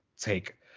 take